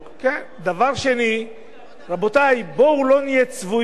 דבר שני, רבותי, בואו לא נהיה צבועים.